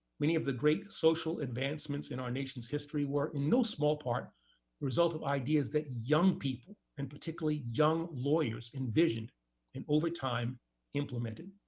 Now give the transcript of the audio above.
many of the great social advancements in our nation's history were, in no small part, a result of ideas that young people, and particularly young lawyers, envisioned and over time implemented.